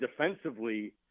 defensively